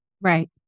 Right